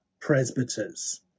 presbyters